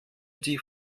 die